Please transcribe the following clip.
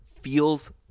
feels